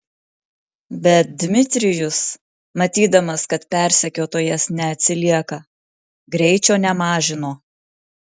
bet dmitrijus matydamas kad persekiotojas neatsilieka greičio nemažino